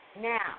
Now